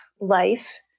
life